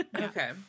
Okay